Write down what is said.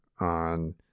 on